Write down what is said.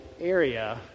area